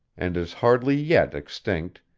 and is hardly yet extinct,